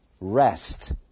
rest